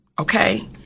Okay